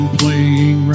playing